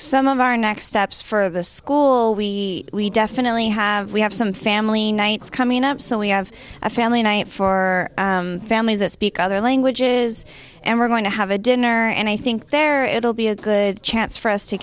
some of our next steps for the school we we definitely have we have some family nights coming up so we have a family night for families a speak other languages and we're going to have a dinner and i think there it'll be a good chance for us to